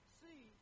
see